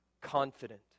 Confident